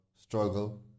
struggle